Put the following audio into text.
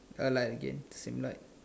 uh light again same light